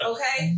Okay